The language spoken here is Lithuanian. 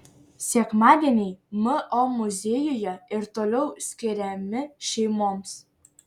sekmadieniai mo muziejuje ir toliau skiriami šeimoms